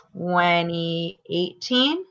2018